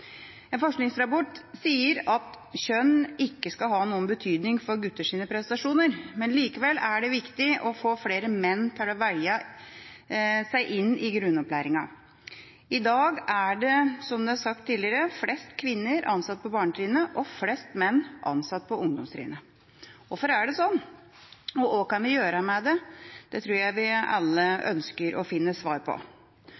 En forskningsrapport sier at kjønn ikke skal ha noen betydning for gutters prestasjoner, men likevel er det viktig å få flere menn til å velge seg inn i grunnopplæringa. I dag er det – som det er sagt tidligere – flest kvinner ansatt på barnetrinnet og flest menn ansatt på ungdomstrinnet. Hvorfor det er sånn og hva vi kan gjøre med det, tror jeg vi alle ønsker å finne svar på.